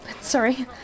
Sorry